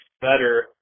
better